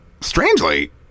Strangely